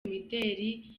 imideli